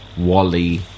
Wally